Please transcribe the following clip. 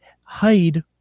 hide